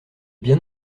bien